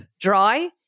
dry